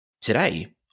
Today